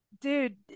dude